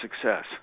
success